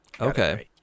Okay